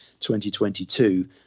2022